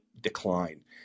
decline